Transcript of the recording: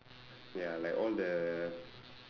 ya like all the wrong